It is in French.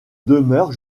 demeure